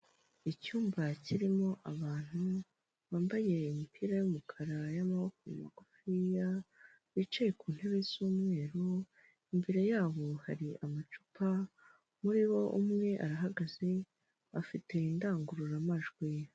Icyumba kirimo abantu, bambaye imipira y'umukara y'amaboko magufiya, bicaye ku ntebe z'umweru, imbere yabo hari amacupa, muri bo umwe arahagaze afite indangururamajwi.